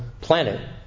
planet